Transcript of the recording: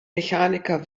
mechaniker